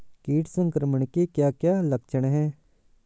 कीट संक्रमण के क्या क्या लक्षण हैं?